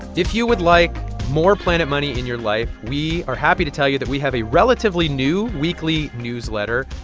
if you would like more planet money in your life, we are happy to tell you that we have a relatively new weekly newsletter.